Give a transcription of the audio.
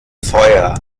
feuer